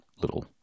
little